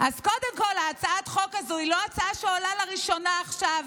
אז קודם כול הצעת החוק הזו היא לא הצעה שעולה לראשונה עכשיו,